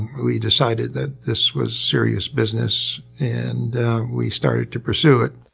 we decided that this was serious business and we started to pursue it.